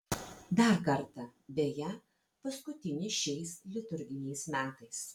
dar kartą beje paskutinį šiais liturginiais metais